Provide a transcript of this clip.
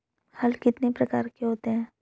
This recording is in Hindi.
हल कितने प्रकार के होते हैं?